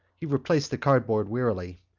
he replaced the cardboard wearily.